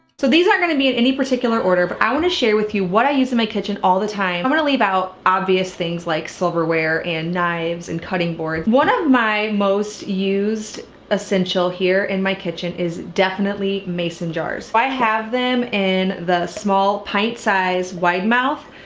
so these aren't going to be in any particular order but i want to share with you what i use in my kitchen all the time. i'm gonna leave out obvious things like silverware and knives and cutting boards. one of my most used essential here in my kitchen is definitely mason jars. i have them in the small pint-size wide mouth.